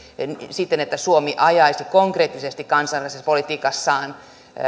siten että suomi ajaisi konkreettisesti kansainvälisessä politiikassaan